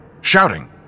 shouting